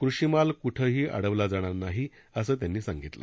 कृषीमाल क्ठंही अडवला जाणार नाहीअसं त्यांनी सांगितलं